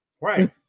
Right